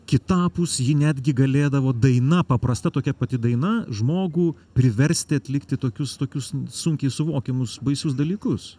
kitapus ji netgi galėdavo daina paprasta tokia pati daina žmogų priversti atlikti tokius tokius sunkiai suvokiamus baisius dalykus